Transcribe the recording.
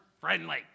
friendly